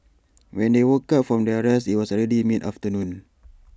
when they woke up from their rest IT was already mid afternoon